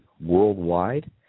worldwide